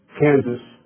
Kansas